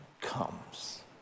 comes